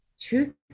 Truth